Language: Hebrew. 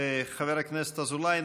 חבר הכנסת אזולאי,